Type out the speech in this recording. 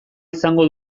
izango